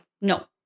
no